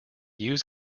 use